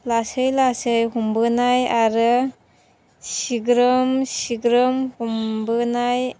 लासै लासै हमबोनाय आरो सिग्रोम सिग्रोम हमबोनाय